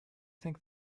think